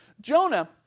Jonah